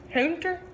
Hunter